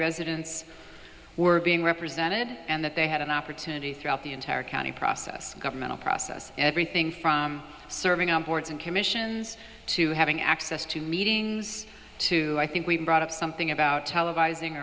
residents were being represented and that they had an opportunity throughout the entire county process governmental process everything from serving on boards and commissions to having access to meetings to i think we've brought up something about televising